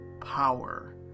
power